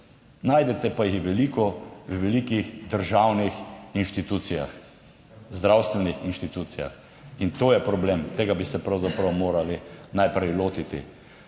najdete pa jih veliko v velikih državnih inštitucijah, zdravstvenih inštitucijah in to je problem, tega bi se pravzaprav morali najprej lotiti.